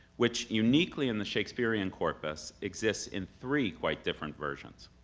which uniquely in the shakespearean corpus exists in three quite different versions.